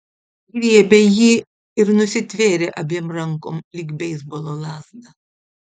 griebė jį ir nusitvėrė abiem rankom lyg beisbolo lazdą